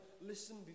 listen